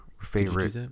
favorite